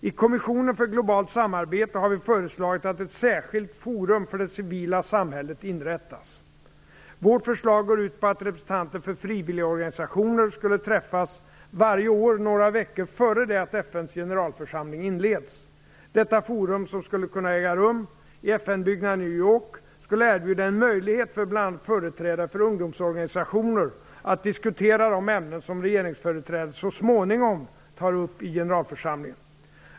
I kommissionen för globalt samarbete har vi föreslagit att ett särskilt forum för det civila samhället inrättas. Vårt förslag går ut på att representanter för frivilligorganisationer skulle träffas varje år några veckor före det att FN:s generalförsamling inleds. Detta forum, som skulle kunna äga rum i FN:s byggnad i New York, skulle erbjuda en möjlighet för bl.a. företrädare för ungdomsorganisationer att diskutera de ämnen som regeringsföreträdare så småningom tar upp i generalförsamlingen.